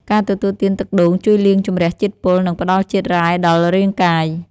ការទទួលទានទឹកដូងជួយលាងជម្រះជាតិពុល និងផ្តល់ជាតិរ៉ែដល់រាងកាយ។